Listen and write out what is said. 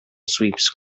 sweeps